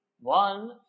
One